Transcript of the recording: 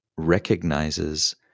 recognizes